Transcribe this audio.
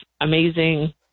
amazing